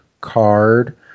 card